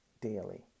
daily